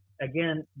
again